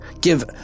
give